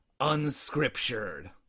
Unscriptured